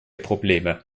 probleme